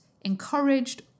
encouraged